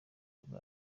bwa